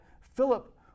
Philip